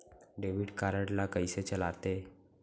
Debit card ला कइसे चलाते?